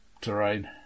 terrain